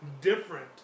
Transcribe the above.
different